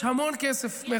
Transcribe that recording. יש המון כסף,